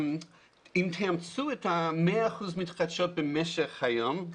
אם תאמצו את 100 אחוזים אנרגיות מתחדשות במשך היום,